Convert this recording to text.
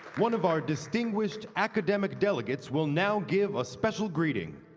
one of our distinguished academic delegates will now give a special greeting.